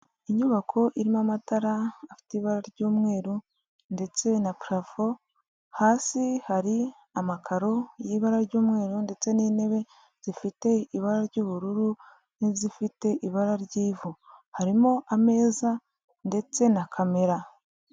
Inyubako irimo amatara afite ibara ry'umweru ndetse na parafo, hasi hari amakaro y'ibara ry'umweru ndetse n'intebe zifite ibara ry'ubururu n'izifite ibara ry'ivu, harimo ameza ndetse na kamera.